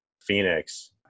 Phoenix